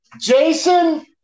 Jason